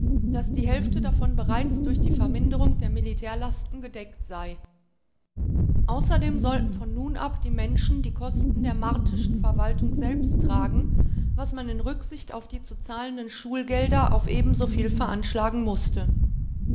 daß die hälfte davon bereits durch die verminderung der militärlasten gedeckt sei außerdem sollten von nun ab die menschen die kosten der martischen verwaltung selbst tragen was man in rücksicht auf die zu zahlenden schulgelder auf ebensoviel veranschlagen mußte